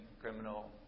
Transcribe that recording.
criminal